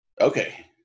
Okay